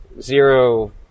zero